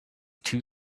two